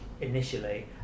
initially